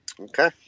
Okay